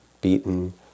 beaten